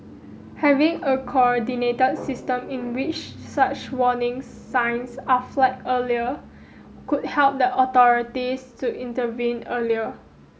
having a coordinate system in which such warning signs are flagged earlier could help the authorities to intervene earlier